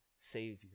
Savior